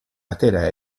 atera